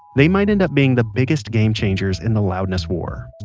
they might end up being the biggest game changers in the loudness war.